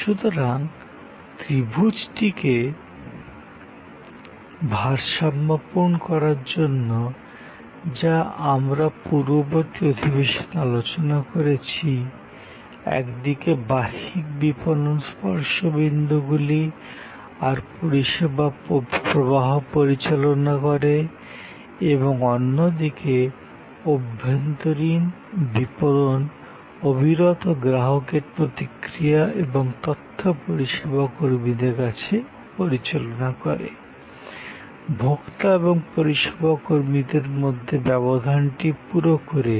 সুতরাং ত্রিভুজটিকে ভারসাম্যপূর্ণ করার জন্য যা আমরা পূর্ববর্তী অধিবেশনে আলোচনা করেছি একদিকে বাহ্যিক বিপণন স্পর্শ বিন্দুগুলি আর পরিষেবা প্রবাহ পরিচালনা করে এবং অন্যদিকে অভ্যন্তরীণ বিপণন অবিরত গ্রাহকের প্রতিক্রিয়া এবং তথ্য পরিষেবা কর্মীদের কাছে পরিচালনা করে ভোক্তা এবং পরিষেবা কর্মীদের মধ্যে ব্যবধানটি পুরো করে